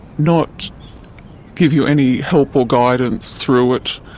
not give you any help or guidance through it.